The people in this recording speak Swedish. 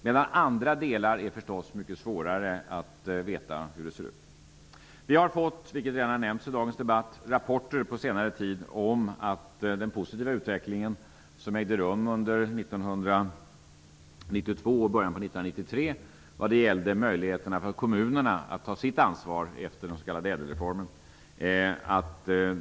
Inom andra delar är det förstås mycket svårare att veta hur det ser ut. Det har redan nämnts i dagens debatt att vi på senare tid har fått rapporter om att det uppstått problem här och var efter den positiva utveckling som ägde rum under 1992 och början av 1993 beträffande möjligheterna för kommunerna att ta sitt ansvar genom den s.k. ÄDEL-reformen.